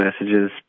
messages